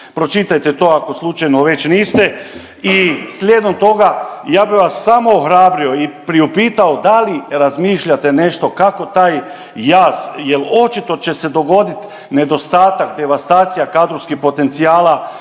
Pročitajte to ako slučajno već niste i slijedom toga ja bih vas samo ohrabrio i priupitao da li razmišljate nešto kako taj jaz, jer očito će se dogodit nedostatak, devastacija kadrovskih potencijala